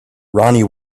ronnie